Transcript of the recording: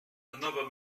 another